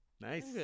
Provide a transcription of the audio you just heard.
Nice